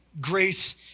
grace